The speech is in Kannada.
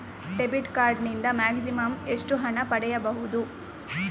ಡೆಬಿಟ್ ಕಾರ್ಡ್ ನಿಂದ ಮ್ಯಾಕ್ಸಿಮಮ್ ಎಷ್ಟು ಹಣ ಪಡೆಯಬಹುದು?